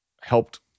helped